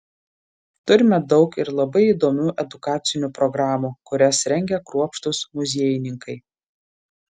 turime daug ir labai įdomių edukacinių programų kurias rengia kruopštūs muziejininkai